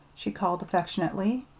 she called affectionately.